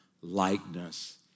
likeness